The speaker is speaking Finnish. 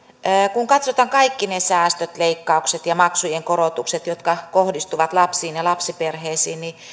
kun katsotaan kaikki ne säästöt leikkaukset ja maksujen korotukset jotka kohdistuvat lapsiin ja lapsiperheisiin niin